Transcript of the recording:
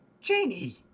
Janie